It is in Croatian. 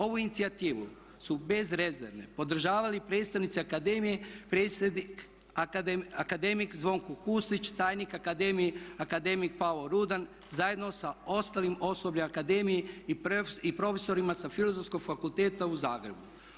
Ovu inicijativu su bez rezerve podržavali predstavnici akademije, predsjednik akademik Zvonko Kusić, tajnik akademik Pavao Rudan zajedno sa ostalim osobljem akademije i profesorima sa Filozofskog fakulteta u Zagrebu.